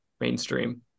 mainstream